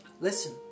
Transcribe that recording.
listen